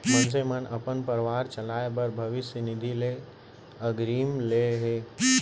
मनसे मन अपन परवार चलाए बर भविस्य निधि ले अगरिम ले हे